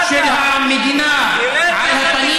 יא עלוב.